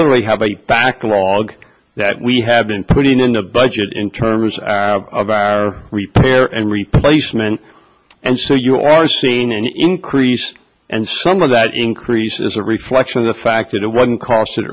literally have a backlog that we have been putting in the budget in terms of of our repairs and replacement and so you are seeing an increase and some of that increase is a reflection of the fact that it wasn't cost